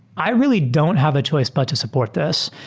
i really don't have a choice but to support this.